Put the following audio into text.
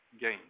gain